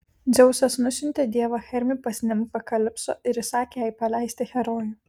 dzeusas nusiuntė dievą hermį pas nimfą kalipso ir įsakė jai paleisti herojų